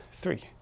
three